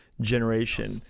generation